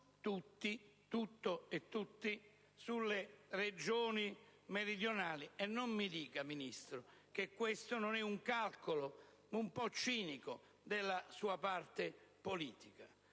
smistare tutto e tutti sulle Regioni meridionali? E non mi dica che questo non è un calcolo - un po' cinico - della sua parte politica: